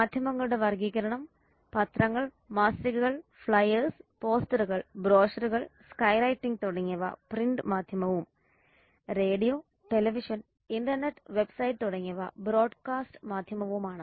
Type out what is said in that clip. മാധ്യമങ്ങളുടെ വർഗീകരണം പത്രങ്ങൾ മാസികകൾ ഫ്ലയേഴ്സ് പോസ്റ്ററുകൾ ബ്രോഷറുകൾ സ്കൈ റൈറ്റിംഗ് തുടങ്ങിയവ പ്രിന്റ് മാധ്യമവും റേഡിയോ ടെലിവിഷൻ ഇൻറർനെറ്റ് വെബ്സൈറ്റ് തുടങ്ങിയവ ബ്രോഡ്കാസ്റ്റ് മാധ്യമവും ആണ്